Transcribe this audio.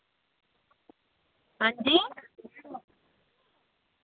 आं जी